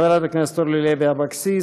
חברי הכנסת אורלי לוי אבקסיס,